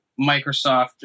Microsoft